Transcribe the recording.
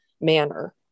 manner